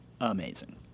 amazing